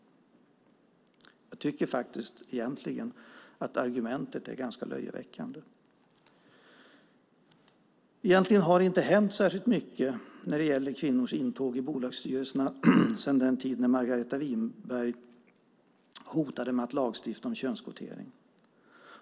Jag tycker egentligen att argumentet är ganska löjeväckande. Det har inte hänt särskilt mycket när det gäller kvinnors intåg i bolagsstyrelser sedan Margareta Winberg hotade med att lagstifta om könskvotering.